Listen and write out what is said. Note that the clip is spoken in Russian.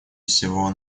всего